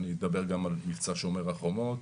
אני אדבר גם על מבצע "שומר החומות",